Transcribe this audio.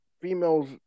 females